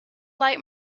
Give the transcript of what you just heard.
light